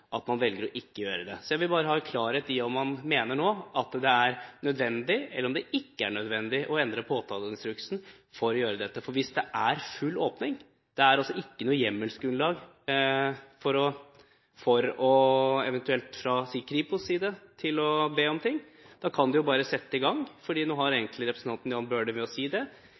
at man velger ikke å gjøre det. Jeg vil bare ha klarhet i om man nå mener det er nødvendig, eller om det ikke er nødvendig, å endre påtaleinstruksen for å gjøre dette. Hvis det er full åpning, hvis det ikke er noe hjemmelsgrunnlag for at Kripos kan be om noe, kan man bare sette i gang, for nå har representanten Jan Bøhler klarlagt at det ikke er noe formelt regelverk til hinder for å gjøre det